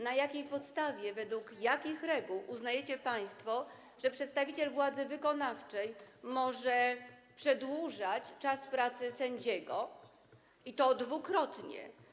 Na jakiej podstawie, według jakich reguł uznajecie państwo, że przedstawiciel władzy wykonawczej może przedłużać czas pracy sędziego, i to dwukrotnie?